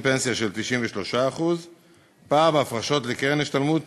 פנסיה של 93%; פער בהפרשות לקרן השתלמות